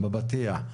בפתיח.